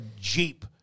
Jeep